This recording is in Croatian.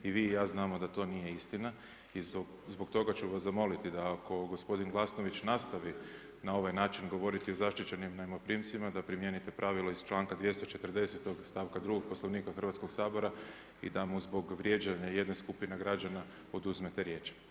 I vi i ja znamo da to nije istina i zbog toga ću vas zamoliti da ako gospodin Glasnović nastavi na ovaj način govoriti o zaštićenim najmoprimcima da primijenite pravilo iz članka 240. stavka 2. Poslovnika Hrvatskog sabora i da mu zbog vrijeđanja jedne skupine građana oduzmete riječ.